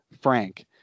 frank